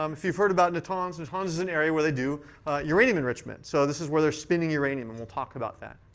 um if you've heard about natanz, natanz is an area where they do uranium enrichment. so this is where they're spinning uranium, and we'll talk about that.